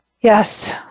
Yes